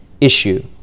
issue